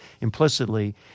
implicitly